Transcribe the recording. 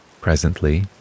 Presently